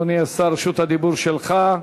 אדוני השר, רשות הדיבור שלך.